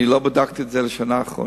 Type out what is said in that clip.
אני לא בדקתי את זה בשנה האחרונה.